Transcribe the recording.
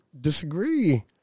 disagree